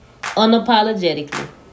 unapologetically